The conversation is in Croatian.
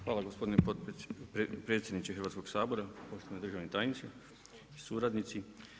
Hvala gospodine predsjedniče Hrvatskog sabora, poštovani državni tajniče, suradnici.